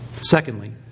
Secondly